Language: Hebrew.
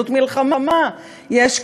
זאת מלחמה,